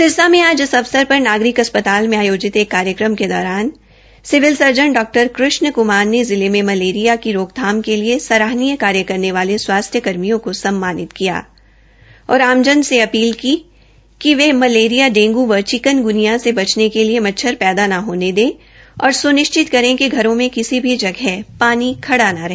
सिरसा में आज अवसर पर नागरिक अस्पताल में आयोजित एक कार्यक्रम के दौरान सिविल सर्जन डॉ कृष्ण कुमार ने जिले में मलेरिया की रोकथाम के लिए सराहनीय कार्य करने वाले स्वास्थ्य कर्मियों को सम्मानित किया और आमजन से अपील की कि वे मलेरिया डेंगु व चिकनग्निया से बचने के लिए मच्छर पैदा न होने दे और सुनिश्चित करे कि घरों में किसी भी जगह पानी खड़ा न हो